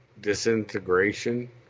Disintegration